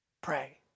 Pray